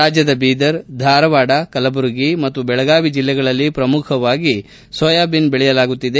ರಾಜ್ಯದ ಬೀದರ್ ಧಾರವಾಡ ಕಲಬುರಗಿ ಮತ್ತು ಬೆಳಗಾವಿ ಜಿಲ್ಲೆಗಳಲ್ಲಿ ಪ್ರಮುಖವಾಗಿ ಸೋಯಾಬೀನ್ ಬೆಳೆಯಲಾಗುತ್ತಿದೆ